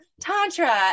tantra